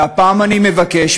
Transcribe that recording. בפה סגור.